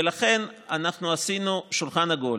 ולכן אנחנו עשינו שולחן עגול.